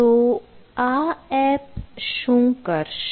તો આ એપ શું કરશે